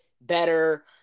better